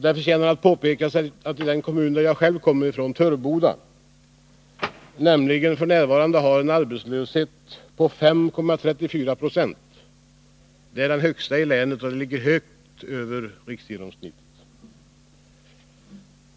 Det förtjänar att påpekas att Töreboda, den kommun jag själv kommer ifrån, f. n. har en arbetslöshet på 5,34 26. Detta är den högsta arbetslösheten i länet, och den ligger högt över riksgenomsnittet.